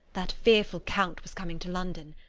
that fearful count was coming to london.